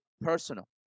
personal